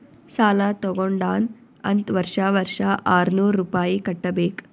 ಸಾಲಾ ತಗೊಂಡಾನ್ ಅಂತ್ ವರ್ಷಾ ವರ್ಷಾ ಆರ್ನೂರ್ ರುಪಾಯಿ ಕಟ್ಟಬೇಕ್